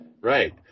Right